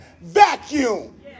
vacuum